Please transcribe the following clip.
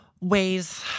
ways